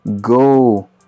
go